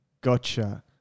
gotcha